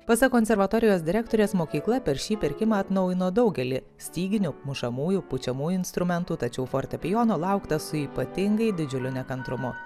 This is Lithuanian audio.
pasak konservatorijos direktorės mokykla per šį pirkimą atnaujino daugelį styginių mušamųjų pučiamųjų instrumentų tačiau fortepijono laukta su ypatingai didžiuliu nekantrumu